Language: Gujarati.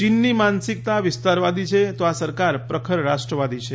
ચીનની માનસિકતા વિસ્તારવાદી છે તો આ સરકાર પ્રખર રાષ્ટ્રવાદી છે